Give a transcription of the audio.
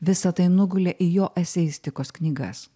visa tai nugulė į jo eseistikos knygas